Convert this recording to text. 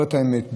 את האמת.